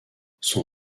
son